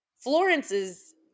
Florence's